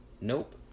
nope